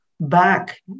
back